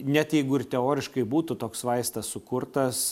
net jeigu ir teoriškai būtų toks vaistas sukurtas